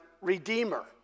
redeemer